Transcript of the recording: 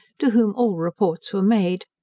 to whom all reports were made,